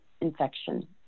infection